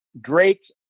Drake